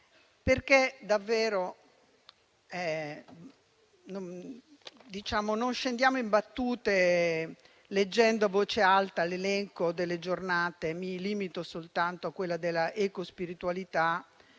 di legge. Non scendiamo in battute, leggendo a voce alta l'elenco delle giornate: mi limito soltanto a quella della ecospiritualità,